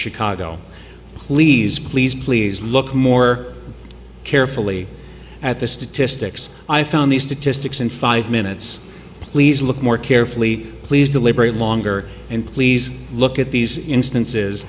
chicago please please please look more carefully at the statistics i found these statistics in five minutes please look more carefully please deliberate longer and please look at these instances